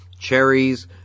cherries